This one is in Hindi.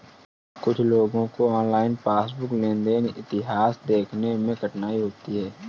कुछ लोगों को ऑनलाइन पासबुक लेनदेन इतिहास देखने में कठिनाई होती हैं